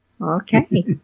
Okay